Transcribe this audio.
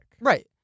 Right